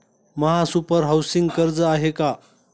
महासुपर हाउसिंग कर्ज आहे का?